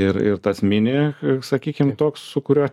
ir ir tas mini sakykim toks su kuriuo